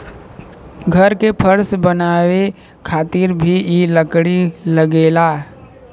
घर के फर्श बनावे खातिर भी इ लकड़ी लगेला